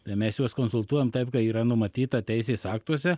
tai mes juos konsultuojam taip kaip yra numatyta teisės aktuose